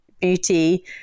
beauty